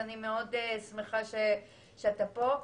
אני מאוד שמחה שאתה פה.